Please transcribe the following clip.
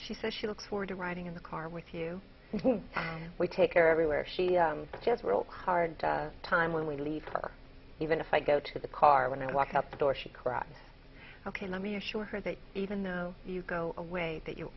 she says she looks forward to riding in the car with you and we take her everywhere she has a real hard time when we leave her even if i go to the car when i walk up the door she cries ok let me assure her that even though you go away that you